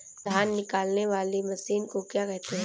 धान निकालने वाली मशीन को क्या कहते हैं?